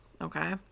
Okay